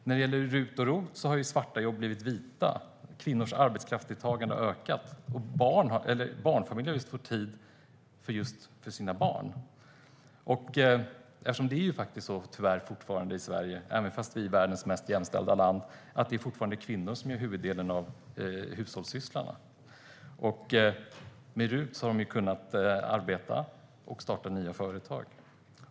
När det gäller RUT och ROT har svarta jobb blivit vita, kvinnors arbetskraftsdeltagande har ökat och barnfamiljer har fått tid för barnen. Tyvärr är det ju fortfarande så i Sverige - trots att vi är världens mest jämställda land - att det är kvinnor som gör huvuddelen av hushållssysslorna, och med RUT har de kunnat arbeta och starta nya företag.